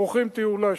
ברוכים תהיו לשם.